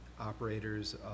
operators